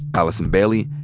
allison bailey,